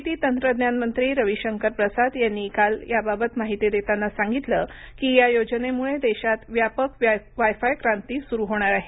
माहिती तंत्रज्ञान मंत्री रवी शंकर प्रसाद यांनी काल याबाबत माहिती देताना सांगितलं की या योजनेमुळे देशात व्यापक वाय फाय क्रांती सुरू होणार आहे